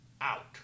Out